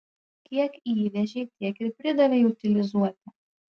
kiek įvežei tiek ir pridavei utilizuoti